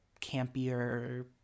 campier